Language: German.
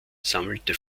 sammelte